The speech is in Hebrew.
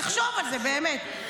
תחשוב על זה באמת,